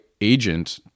agent